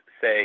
say